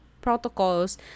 protocols